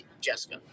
Jessica